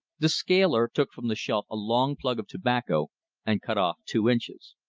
the scaler took from the shelf a long plug of tobacco and cut off two inches.